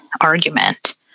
argument